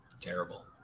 Terrible